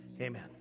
Amen